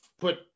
put